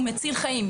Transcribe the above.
הוא מציל חיים.